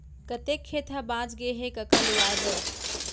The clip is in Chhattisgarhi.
कतेक खेत ह बॉंच गय हे कका लुवाए बर?